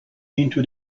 into